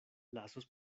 lasos